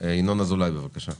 ינון אזולאי, בבקשה.